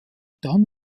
dann